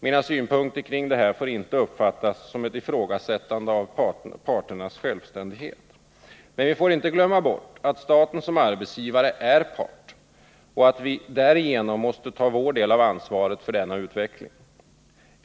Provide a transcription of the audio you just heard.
Mina synpunkter på detta får inte uppfattas såsom ett ifrågasättande av parternas självständighet. Men vi får inte glömma bort att staten såsom arbetsgivare är part och att vi därigenom måste ta vår del av ansvaret för denna utveckling.